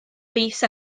fis